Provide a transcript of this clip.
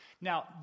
Now